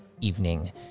evening